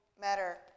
matter